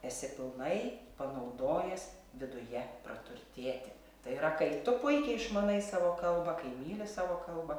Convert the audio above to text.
esi pilnai panaudojęs viduje praturtėti tai yra kai tu puikiai išmanai savo kalbą kai myli savo kalbą